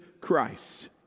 Christ